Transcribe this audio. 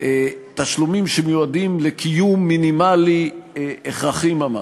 תשלומים שמיועדים לקיום מינימלי הכרחי ממש.